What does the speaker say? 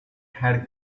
had